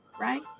right